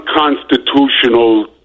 unconstitutional